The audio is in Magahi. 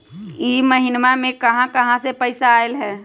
इह महिनमा मे कहा कहा से पैसा आईल ह?